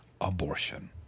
abortion